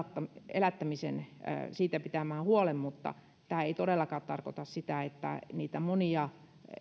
elättämisestä pitämään huolen mutta tämä ei todellakaan tarkoita sitä että niitä monia